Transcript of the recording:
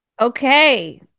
Okay